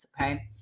okay